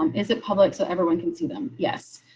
um is it public, so everyone can see them. yes.